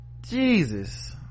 Jesus